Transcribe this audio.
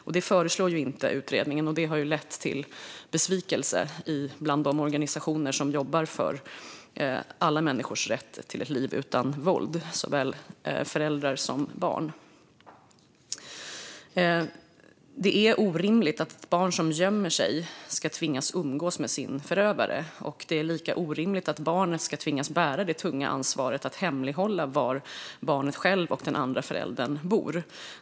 Detta föreslår inte utredningen, och det har lett till besvikelse bland de organisationer som jobbar för alla människors - det gäller såväl föräldrar som barn - rätt till ett liv utan våld. Det är orimligt att barn som gömmer sig ska tvingas umgås med sin förövare. Det är lika orimligt att barnet ska tvingas bära det tunga ansvaret att hemlighålla var barnet och den andra föräldern bor.